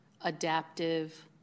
adaptive